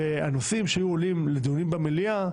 ובנושאים שהיו עולים לדיונים במליאה,